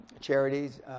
charities